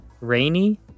Rainy